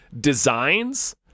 designs